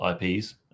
IPs